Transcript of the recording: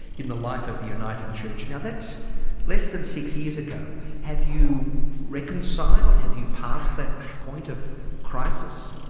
in the life of the uniting church. now that's less than six years ago. have you reconciled? have you passed that point of crisis?